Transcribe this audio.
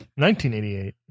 1988